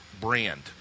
brand